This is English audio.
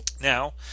Now